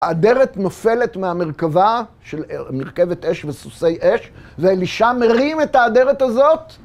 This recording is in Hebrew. האדרת נופלת מהמרכבה של מרכבת אש וסוסי אש, ואלישם מרים את האדרת הזאת.